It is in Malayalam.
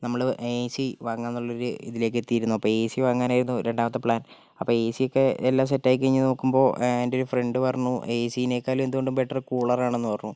നമ്മൾ എ സി വാങ്ങാമെന്നുള്ളൊരു ഇതിലേക്ക് എത്തിയിരുന്നു അപ്പോൾ എ സി വാങ്ങാനായിരുന്നു രണ്ടാമത്തെ പ്ലാൻ അപ്പോൾ എ സി ഒക്കെ എല്ലാം സെറ്റാക്കി കഴിഞ്ഞ് നോക്കുമ്പോൾ എൻ്റെ ഒരു ഫ്രണ്ട് പറഞ്ഞു എ സിനെക്കാളും എന്തുകൊണ്ടും ബെറ്റർ കൂളർ ആണെന്ന് പറഞ്ഞു